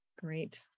Great